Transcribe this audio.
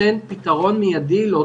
חשוב לי להגיד שהקורונה זה זרז,